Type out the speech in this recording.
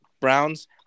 Browns